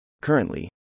Currently